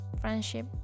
friendship